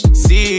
see